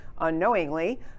unknowingly